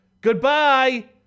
Goodbye